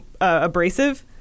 abrasive